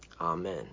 Amen